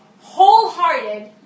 wholehearted